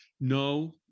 No